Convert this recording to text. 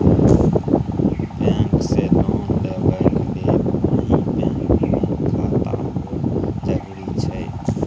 Bank से loan लेबै के लेल वही बैंक मे खाता होय जरुरी छै?